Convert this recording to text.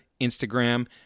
Instagram